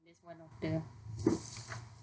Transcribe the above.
that's one of the